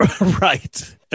Right